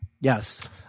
Yes